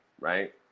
right